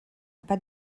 pas